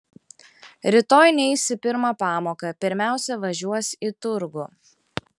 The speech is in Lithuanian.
rytoj neis į pirmą pamoką pirmiausia važiuos į turgų